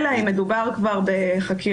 אלא אם מדובר כבר בחקירה.